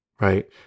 Right